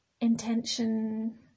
intention